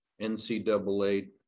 NCAA